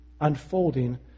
unfolding